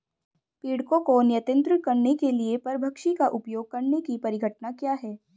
पीड़कों को नियंत्रित करने के लिए परभक्षी का उपयोग करने की परिघटना क्या है?